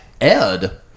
ed